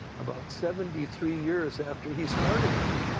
about seventy three years after he started it,